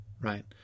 right